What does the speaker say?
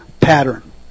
pattern